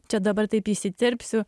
čia dabar taip įsiterpsiu